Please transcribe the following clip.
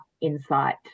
insight